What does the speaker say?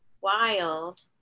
wild